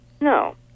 No